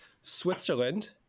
switzerland